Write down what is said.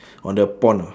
on the pond ah